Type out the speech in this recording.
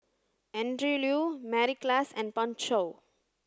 Andrew Lee Mary Klass and Pan Shou